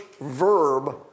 verb